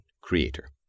creator